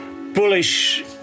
bullish